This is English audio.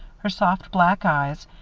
her soft black eyes,